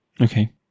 Okay